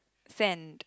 sand